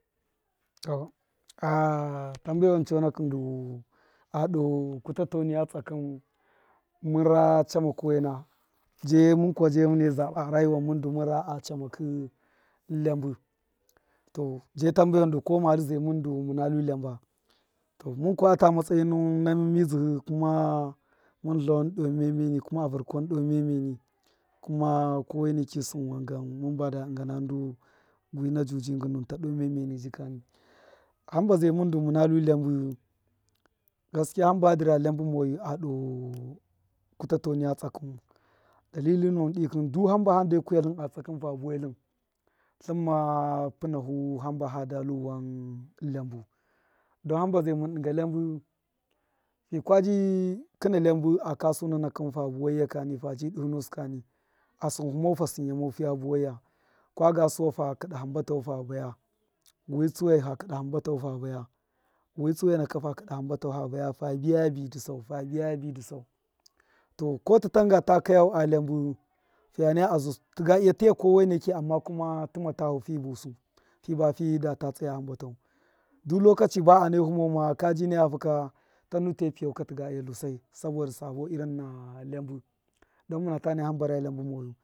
To a- tambewan chonakṫn du, aɗo kutato niya tsakṫn mṫn rachameki wena jemṫn kuwa je mune saba rayiwan mun du mṫnra a chamakṫ lyabu to je tambewan du ko madṫ zai mṫn du mṫna lu iyaba, to mṫn kuma ata matsayi nuwun na mṫn midzṫhi kuma mṫn itawan doo miya miyeni kuma ko waineki sinkwangan mṫn bada diganandu ngṫna judi nginuwṫn ta do miyamiyeni jikani, hṫnba zai mṫn du mṫna lu iyabṫ gaskiya hamba dṫra iyabṫ moyu adoo kuta to niya tsakṫ mu, dalilinuwun dṫkṫ du hamaba hande kuya itṫn a tsakṫn fa buwe iṫn, itṫnma pṫnahu himba fada lu wan iyabu, don hamba zai mṫn dṫnga iyabi, hikwabi kina iyabṫ a kasu nunakn fa buwaiya kani faji dṫhinusṫ kani, asinhu mau fasṫnyamau fiya vowaiya kwaga suwa fa kṫda hṫnbatau fa vaya witsuwaṫ fa kṫda hṫnbatau ha vaya witsuwai naka fa kṫda hambatau fa vaya fa biyabi dṫ sau, fa biyabi dṫ sau to, ko tṫtanga ta kaya a iyabṫ fiya naya azu ṫga iya tiya komerineki amma kuma tṫma tahu fṫ busu, fiba fi- da ta tsaya hambata du lokochi ba anehu moma kaji nafu ka tanu te pṫya ka tiga iya ltusai saboda sabo irin na iyabṫ don muna ta naya hṫmba ra iyabṫ moyu.